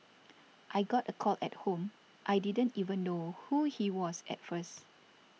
I got a call at home I didn't even know who he was at first